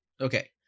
Okay